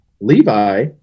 Levi